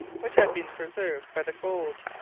which had been preserved by the cold,